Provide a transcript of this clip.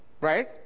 Right